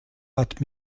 hat